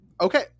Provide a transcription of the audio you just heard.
okay